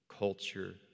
culture